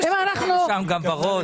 שחור.